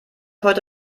heute